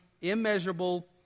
immeasurable